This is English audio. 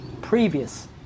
previous